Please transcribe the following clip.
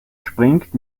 springt